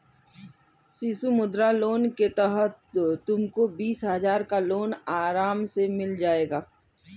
शिशु मुद्रा लोन के तहत तुमको बीस हजार का लोन आराम से मिल जाएगा